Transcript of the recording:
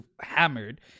hammered